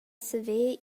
saver